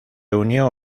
unió